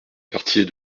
quartier